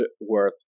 worth